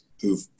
who've